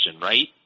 right